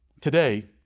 Today